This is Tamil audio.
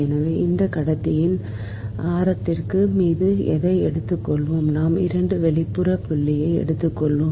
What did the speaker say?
எனவே இந்த கடத்தியின் ஆரத்திற்கு நாம் எதை எடுத்துள்ளோம் நாம் 2 வெளிப்புறப் புள்ளியை எடுத்துள்ளோம்